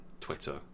Twitter